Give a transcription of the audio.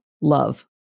love